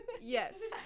Yes